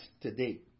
today